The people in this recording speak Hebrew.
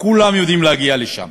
כולם יודעים להגיע לשם.